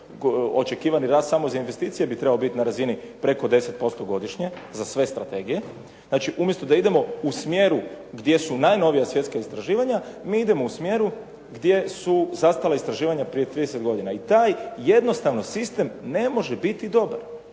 očekivani rast samo za investicije bi trebao biti na razini preko 10% godišnje za sve strategije. Znači, umjesto da idemo u smjeru gdje su najnovija svjetska istraživanja mi idemo u smjeru gdje su zastala istraživanja prije 30 godina i taj jednostavno sistem ne može biti dobar.